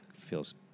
Feels